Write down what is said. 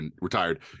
retired